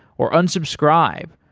or unsubscribe,